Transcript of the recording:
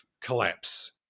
collapse